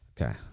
Okay